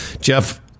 Jeff